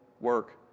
work